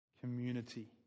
community